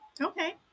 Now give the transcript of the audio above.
Okay